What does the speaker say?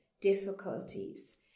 difficulties